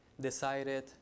decided